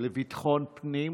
לביטחון פנים,